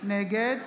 נגד